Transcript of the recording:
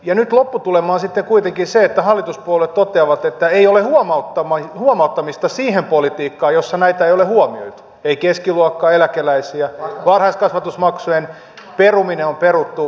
ja nyt lopputulema on sitten kuitenkin se että hallituspuolueet toteavat että ei ole huomauttamista siihen politiikkaan jossa näitä ei ole huomioitu ei keskiluokkaa eläkeläisiä varhaiskasvatusmaksujen peruminen on peruttu